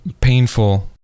painful